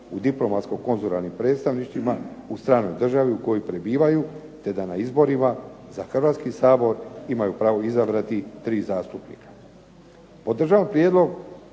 u diplomatsko-konzularnim predstavništvima u stranoj državi u kojoj prebivaju, te da na izborima za Hrvatski sabor imaju pravo izabrati 3 zastupnika. Podržavam prijedlog